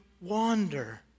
wander